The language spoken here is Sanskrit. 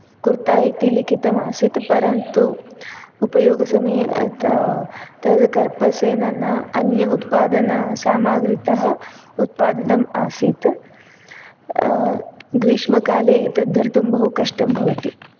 कुर्ता इति लिखितम् आसीत् परन्तु उपयोगसमये तत् तद् कर्पसेन न अन्य उत्पादना सामग्रि तः उत्पादितं आसीत् ग्रीष्मकाले एतद् धर्तुं बहु कष्टं भवति